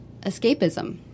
escapism